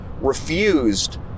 refused